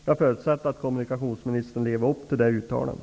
Jag förutsätter att kommunikationsministern lever upp till detta uttalande.